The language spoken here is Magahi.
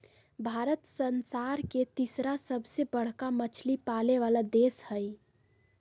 भारत संसार के तिसरा सबसे बडका मछली पाले वाला देश हइ